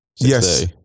Yes